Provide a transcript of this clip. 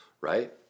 right